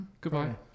Goodbye